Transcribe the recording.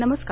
नमस्कार